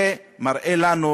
זה מראה לנו,